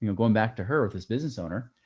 you know going back to her with this business owner.